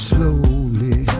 Slowly